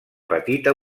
petita